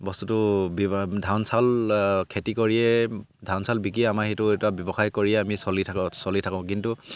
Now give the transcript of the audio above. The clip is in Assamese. বস্তুটো বিব ধান চাউল খেতি কৰিয়ে ধান চাউল বিকিয়ে আমাৰ সেইটো এটা ব্যৱসায় কৰিয়ে আমি চলি থাকোঁ চলি থাকোঁ কিন্তু